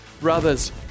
brothers